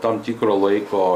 tam tikro laiko